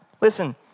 listen